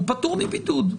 הוא פטור מבידוד.